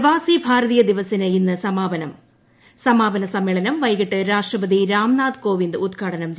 പ്രവാസി ഭാരതീയ ദിവസിന് ഇന്ന് സ്ഥമാപനം സമാപന സമ്മേളനം വൈകിട്ട് രാഷ്ട്രപതി രാംനാഥ് ക്ടോവിന്ദ് ഉദ്ഘാടനം ചെയ്യും